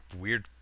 weird